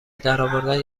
درآوردن